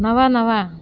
નવા નવા